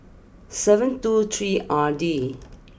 seven two three R D